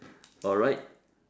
alright